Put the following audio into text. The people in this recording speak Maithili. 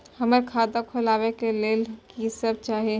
हमरा खाता खोलावे के लेल की सब चाही?